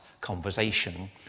conversation